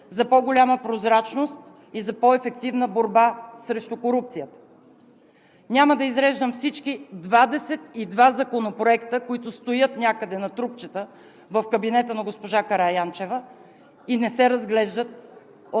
за по-голяма прозрачност и за по ефективна борба срещу корупцията. Няма да изреждам всички 22 законопроекта, които стоят някъде на трупчета в кабинета на госпожа Караянчева и не се разглеждат от